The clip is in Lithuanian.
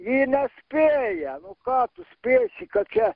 ji nespėja nu ką tu spėsi kad čia